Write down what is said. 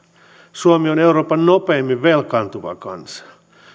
suomi on euroopan nopeimmin velkaantuva kansa